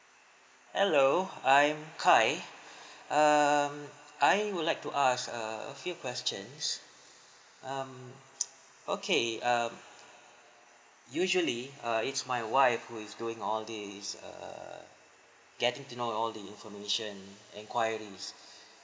hello I'm khai um I would like to ask a few questions um okay um usually uh it's my wife who is doing all these err getting to know all the information enquiries